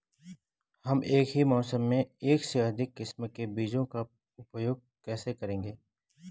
हम एक ही मौसम में एक से अधिक किस्म के बीजों का उपयोग कैसे करेंगे?